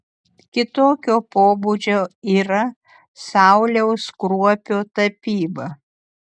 kitokio pobūdžio yra sauliaus kruopio tapyba